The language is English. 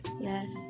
Yes